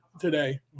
today